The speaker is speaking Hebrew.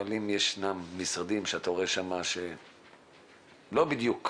אבל אם ישנם משרדים שאתה רואה שלא בדיוק,